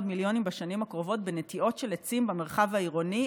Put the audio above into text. מיליונים בשנים הקרובות בנטיעות של עצים במרחב העירוני,